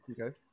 Okay